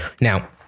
Now